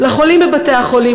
לחולים בבתי-החולים,